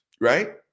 right